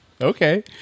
Okay